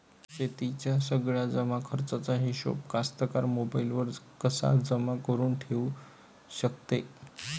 शेतीच्या सगळ्या जमाखर्चाचा हिशोब कास्तकार मोबाईलवर कसा जमा करुन ठेऊ शकते?